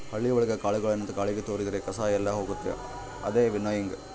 ಹಳ್ಳಿ ಒಳಗ ಕಾಳುಗಳನ್ನು ಗಾಳಿಗೆ ತೋರಿದ್ರೆ ಕಸ ಎಲ್ಲ ಹೋಗುತ್ತೆ ಅದೇ ವಿನ್ನೋಯಿಂಗ್